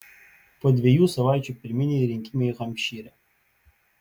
po dviejų savaičių pirminiai rinkimai hampšyre